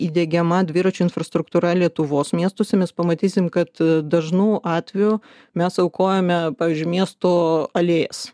įdiegiama dviračių infrastruktūra lietuvos miestuose mes pamatysim kad dažnu atveju mes aukojame pavyzdžiui miesto alėjas